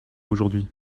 aujourd’hui